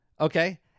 Okay